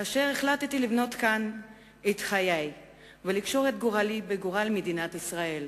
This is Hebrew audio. כאשר החלטתי לבנות כאן את חיי ולקשור את גורלי בגורל מדינת ישראל.